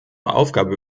aufgabe